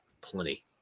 plenty